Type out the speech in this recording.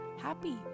happy